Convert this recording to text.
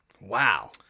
wow